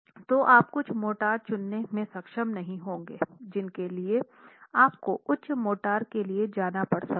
तो आप कुछ मोर्टार चुनने में सक्षम नहीं होंगे जिनके लिए आपको उच्च मोर्टार के लिए जाना पड़ सकता हैं